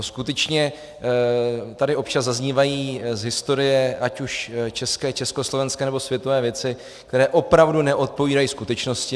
Skutečně tady občas zaznívají z historie ať už české, československé nebo světové věci, které opravdu neodpovídají skutečnosti.